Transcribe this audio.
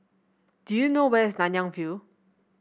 do you know where is Nanyang View